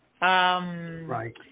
Right